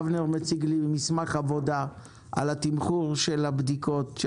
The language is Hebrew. אבנר מציג לי מסמך עבודה על התמחור של הבדיקות של